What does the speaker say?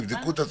תבדקו את עצמכם.